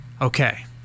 okay